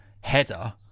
header